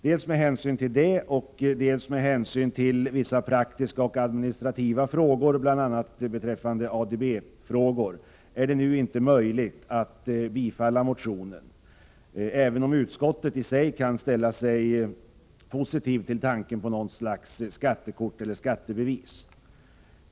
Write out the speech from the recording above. Dels med hänsyn till detta, dels med hänsyn till vissa praktiska och administrativa frågor, bl.a. ADB-frågor, är det inte möjligt för riksdagen att nu bifalla motionen, även om utskottet kan ställa sig positivt till tanken på någon sorts skattekort eller skattebevis.